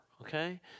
okay